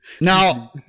Now